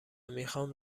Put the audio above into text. میخام